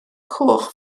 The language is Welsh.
coch